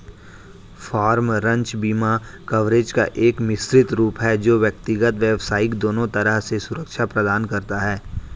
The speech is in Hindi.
फ़ार्म, रंच बीमा कवरेज का एक मिश्रित रूप है जो व्यक्तिगत, व्यावसायिक दोनों तरह से सुरक्षा प्रदान करता है